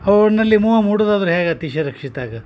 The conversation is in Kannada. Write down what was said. ಅವನಲ್ಲಿ ಮೋಹ ಮೂಡುದಾದರೂ ಹ್ಯಾಗ ತಿಶರಕ್ಷಿತಾಗ